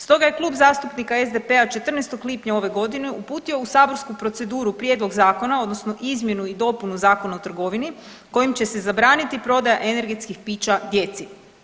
Stoga je Klub zastupnika SDP-a 14. lipnja ove godine uputio u saborsku proceduru prijedlog zakona odnosno izmjenu i dopunu Zakona o trgovini kojim će se zabraniti prodaja energetskih pića djeci.